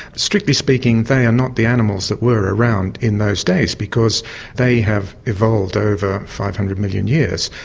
strictly speaking they are not the animals that were around in those days because they have evolved over five hundred million years.